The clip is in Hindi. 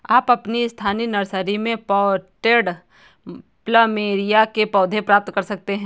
आप अपनी स्थानीय नर्सरी में पॉटेड प्लमेरिया के पौधे प्राप्त कर सकते है